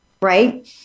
Right